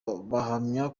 bahamya